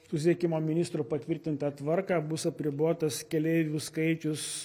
susiekimo ministro patvirtintą tvarką bus apribotas keleivių skaičius